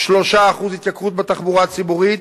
3% התייקרות בתחבורה הציבורית,